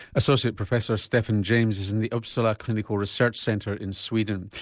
associate professor stefan james is in the uppsala clinical research centre in sweden.